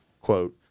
quote